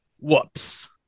Whoops